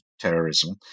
terrorism